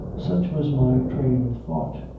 such was my train of thought.